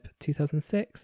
2006